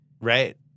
Right